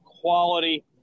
quality